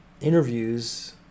interviews